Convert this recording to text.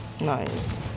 Nice